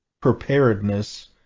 preparedness